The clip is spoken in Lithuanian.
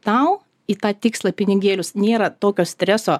tau į tą tikslą pinigėlius nėra tokio streso